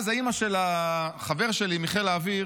אז האימא של החבר שלי מחיל האוויר